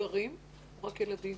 זה גם במבוגרים או רק ילדים?